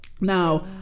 Now